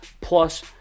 Plus